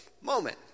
moment